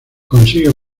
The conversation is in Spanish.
consigue